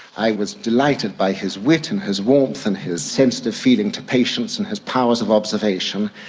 i was delighted by his wit and his warmth and his sensitive feeling to patients and his powers of observation.